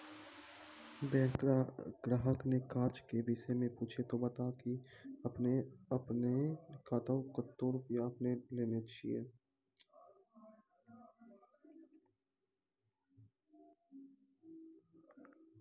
Bank ग्राहक ने काज के विषय मे पुछे ते बता की आपने ने कतो रुपिया आपने ने लेने छिए?